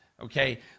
Okay